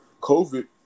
COVID